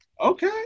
Okay